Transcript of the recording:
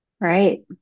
Right